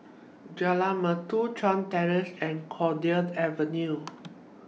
Jalan Merdu Chuan Terrace and Cowdray Avenue